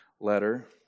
letter